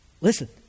Listen